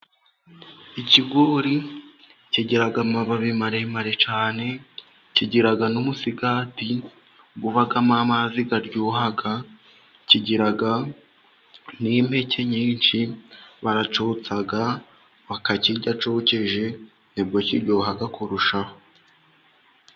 Ikigori kigira amababi maremare cyane, kigira n'umusigati ubamo amazi aryoha, kigira n'impeke nyinshi, baracyotsa, bakakirya cyokeje, kiryoha kurushaho.